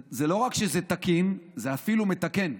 לא רק שזה תקין, זה אפילו מתקן.